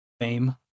fame